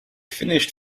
finished